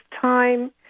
time